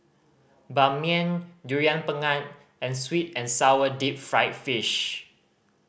Ban Mian Durian Pengat and sweet and sour deep fried fish